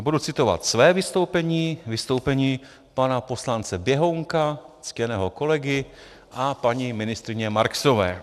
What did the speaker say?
Budu citovat své vystoupení, vystoupení pana poslance Běhounka, ctěného kolegy, a paní ministryně Marksové.